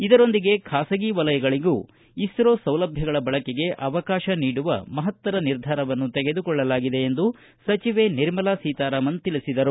ಇದರೊಂದಿಗೆ ಖಾಸಗಿ ವಲಯಗಳಗೂ ಇಸ್ರೋ ಸೌಲಭ್ಯಗಳ ಬಳಕೆಗೆ ಅವಕಾಶ ನೀಡುವ ಮಹತ್ತರ ನಿರ್ಧಾರವನ್ನು ತೆಗೆದುಕೊಳ್ಳಲಾಗಿದೆ ಎಂದು ಸಚಿವೆ ನಿರ್ಮಲಾ ಸೀತಾರಾಮನ್ ತಿಳಿಸಿದರು